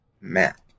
map